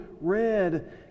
red